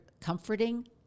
comforting